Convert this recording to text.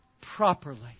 properly